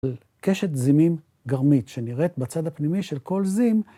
קשת זימים גרמית שנראית בצד הפנימי של כל זים.